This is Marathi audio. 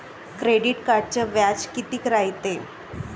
क्रेडिट कार्डचं व्याज कितीक रायते?